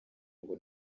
ngo